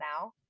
now